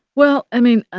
well, i mean, ah